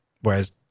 whereas